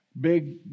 big